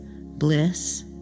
bliss